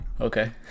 okay